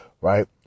right